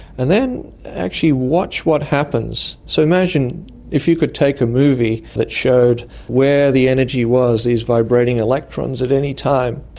and then actually watch what happens. so imagine if you could take a movie that showed where the energy was, these vibrating electrons, at any time,